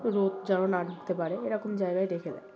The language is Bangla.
রোদ যেন না ঢুকতে পারে এরকম জায়গায় রেখে দেয়